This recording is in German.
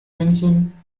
männchen